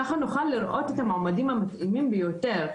ככה נוכל לראות את המועמדים המתאימים ביותר.